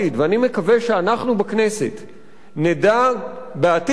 ואני מקווה שאנחנו בכנסת נדע, בעתיד,